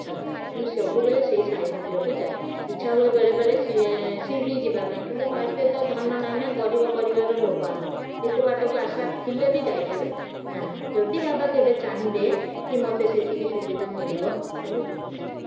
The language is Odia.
ତେଣୁ ସବୁ ବେଳେ ସେହି ସାଇ ମନ୍ଦିର କୁ ଯାଏ ଇଛା ହୁଏ ବେଳେବେଳେ ଶିରିଡି ଯିବାପାଇଁ କିନ୍ତୁ ପାଖରେ ତ ଧନ ନାହିଁ ନା ଗରିବ ପରିବାର ଲୋକ ଆମେ ଏତେ ବାଟକୁ ଆଶା ଥିଲେବି ଯାଇପାରେ ନାହିଁ ଯଦି ବାବା କେବେ ଚାହିଁବେ କି ମତେ ସେତିକି ସୁବିଧା ମିଳିବ ତାହେଲେ ଯିବି ନିଶ୍ଚୟ